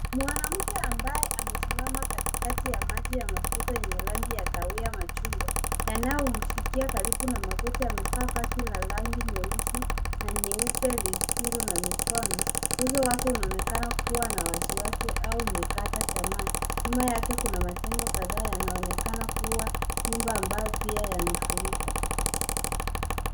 Mwanamke ambaye amesimama katikati ya maji ya mafuriko yenye rangi ya kahawia machungwa yanayomfikia karibu ma magoti. Amevaa mavazi la rangi nyeusi na nyeupe lisilo na mikono. Uso wake unaonekana kuwa na wasiwasi ama umekata tamaa. Nyuma yake kuna majengo kadhaa yanaonekana kuwa nyumba ambao pia yamefurika.